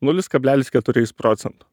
nulis kablelis keturiais procento